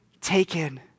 taken